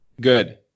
Good